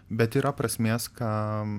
bet yra prasmės kam